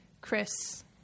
Chris